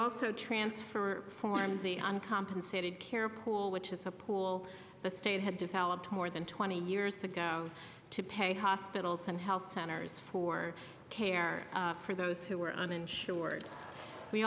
also transfer form the uncompensated care pool which is a pool the state had developed more than twenty years ago to pay hospitals and health centers for care for those who were uninsured we